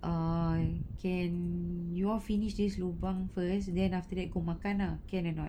err can you all finish this lubang first then after that go makan lah can or not